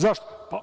Zašto?